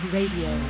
Radio